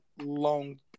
long